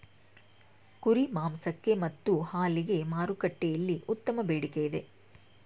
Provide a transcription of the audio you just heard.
ಕುರಿ ಮಾಂಸಕ್ಕೆ ಮತ್ತು ಹಾಲಿಗೆ ಮಾರುಕಟ್ಟೆಯಲ್ಲಿ ಉತ್ತಮ ಬೇಡಿಕೆ ಇದೆ